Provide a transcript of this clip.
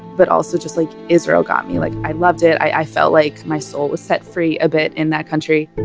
but also just like israel got me, like i loved it, i felt like my soul was set free a bit in that country.